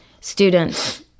students